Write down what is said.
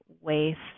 waste